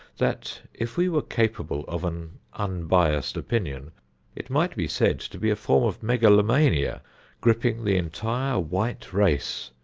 that if we were capable of an unbiased opinion it might be said to be a form of megalomania gripping the entire white race,